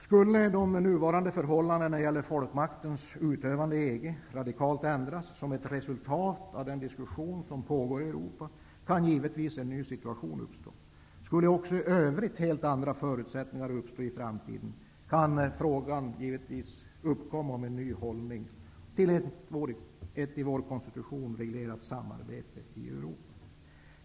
Skulle de nuvarande förhållandena när det gäller folkmaktens utövande i EG radikalt ändras som ett resultat av den diskussion som pågår i Europa, kan en ny situation givetvis uppstå. Skulle också i övrigt helt andra förutsättningar uppstå i framtiden, kan givetvis frågan om en ny hållning till ett i vår konstitution reglerat samarbete i Europa uppkomma.